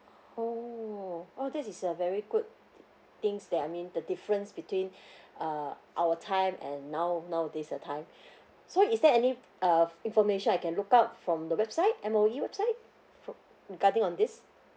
oh oh this is a very good things that I mean the difference between uh our time and now nowadays the time so is there any uh information I can look out from the website M_O_E website from regarding on this